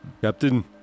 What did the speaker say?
Captain